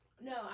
No